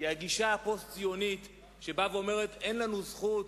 בגישה הפוסט-ציונית שאומרת שאין לנו זכות